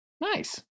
Nice